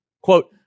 Quote